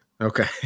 Okay